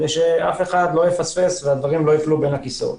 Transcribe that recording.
כדי שאף אחד לא יפספס ושהדברים לא ייפלו בין הכיסאות.